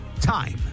Time